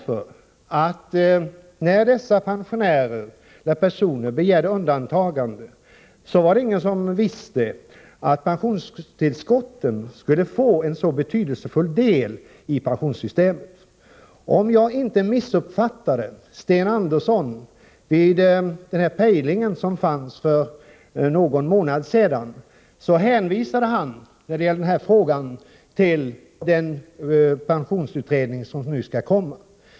När de i detta sammanhang berörda personerna begärde undantag från ATP var det ingen som visste att pensionstillskotten skulle få en så betydelsefull roll i pensionssystemet. Om jaginte missuppfattade Sten Andersson i programmet Pejling som sändes för någon månad sedan hänvisade han när det gällde undantagspensionärerna till den pensionsutredning som nu har tillsatts.